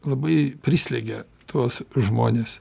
labai prislegia tuos žmones